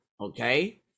okay